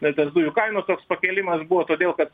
na tas dujų kainų toks pakėlimas buvo todėl kad